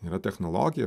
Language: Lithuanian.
yra technologija